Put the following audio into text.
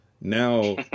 Now